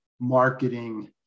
marketing